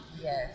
Yes